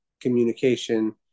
communication